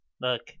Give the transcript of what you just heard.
Look